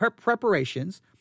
preparations